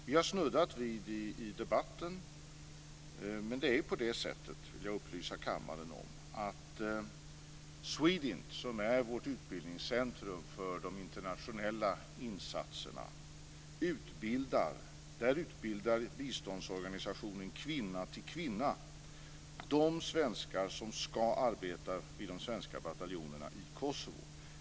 Vi har snuddat vid det i debatten, men det är ju på det sättet, vill jag upplysa kammaren om, att inom Swedint, som är vårt utbildningscentrum för de internationella insatserna, utbildar biståndsorganisationen Kvinna till kvinna de svenskar som ska arbeta vid de svenska bataljonerna i Kosovo.